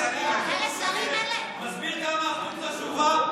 מסביר כמה אחדות חשובה.